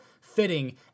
fitting